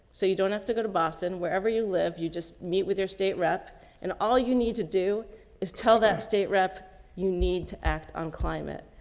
so you don't have to go to boston wherever you live, you just meet with your state rep and all you need to do is tell that state rep you need to act on climate.